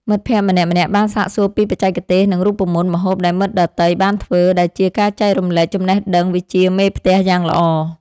មិត្តភក្តិម្នាក់ៗបានសាកសួរពីបច្ចេកទេស និងរូបមន្តម្ហូបដែលមិត្តដទៃបានធ្វើ ដែលជាការចែករំលែកចំណេះដឹងវិជ្ជាមេផ្ទះយ៉ាងល្អ។